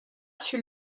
fut